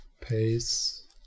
pace